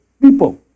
people